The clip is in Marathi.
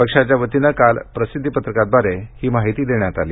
पक्षाचे वतीनं काल प्रसिद्धी पत्रकाद्वारे ही माहिती देण्यात आली